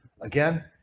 Again